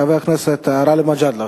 חבר הכנסת גאלב מג'אדלה,